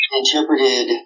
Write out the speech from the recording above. interpreted